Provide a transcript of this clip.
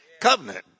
covenant